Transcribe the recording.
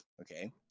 Okay